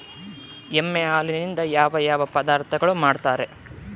ಎಮ್ಮೆ ಹಾಲಿನಿಂದ ಯಾವ ಯಾವ ಪದಾರ್ಥಗಳು ಮಾಡ್ತಾರೆ?